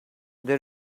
they